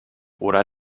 oder